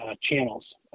channels